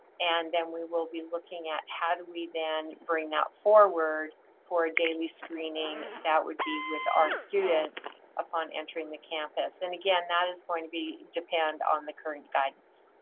and then we will be looking at how do we then bring that forward for a daily screening that would be with our students upon entering the campus. and again, that is going to depend on the current guidance.